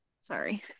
Sorry